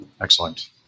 Excellent